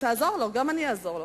תעזור לו, גם אני אעזור לו,